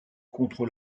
contre